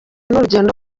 n’urugendo